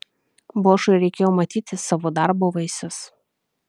bošui reikėjo matyti savo darbo vaisius